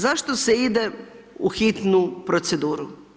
Zašto se ide u hitnu proceduru?